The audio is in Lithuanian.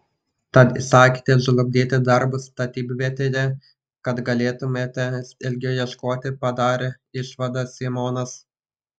tad įsakėte žlugdyti darbus statybvietėje kad galėtumėte ilgiau ieškoti padarė išvadą simonas